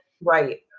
Right